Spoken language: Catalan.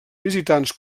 visitants